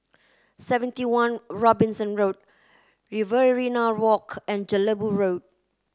seventy one Robinson Road Riverina Walk and Jelebu Road